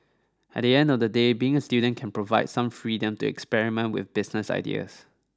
at the end of the day being a student can provide some freedom to experiment with business ideas